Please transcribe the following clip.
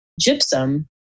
gypsum